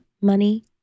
money